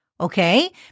okay